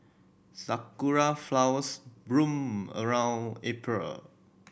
sakura flowers bloom around April